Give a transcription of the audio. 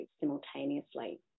simultaneously